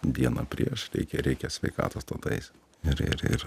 dieną prieš reikia reikia sveikatos to taisymo ir ir ir